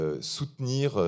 soutenir